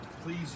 please